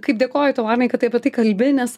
kaip dėkoju tau arnai kad tai apie tai kalbi nes